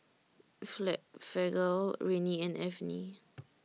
Rene and Avene